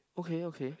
okay okay